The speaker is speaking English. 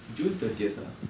june thirtieth ah